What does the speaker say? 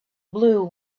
blew